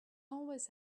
always